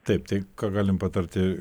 taip tai ką galim patarti